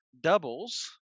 Doubles